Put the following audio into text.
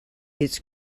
its